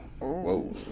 Whoa